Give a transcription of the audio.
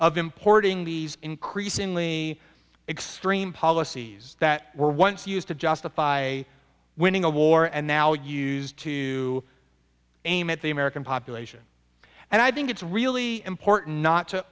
of importing these increasingly extreme policies that were once used to justify winning a war and now used to aim at the american population and i think it's really important not to